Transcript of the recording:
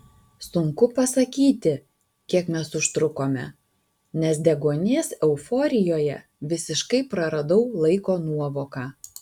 sunku pasakyti kiek mes užtrukome nes deguonies euforijoje visiškai praradau laiko nuovoką